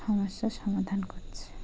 সমস্যার সমাধান করছে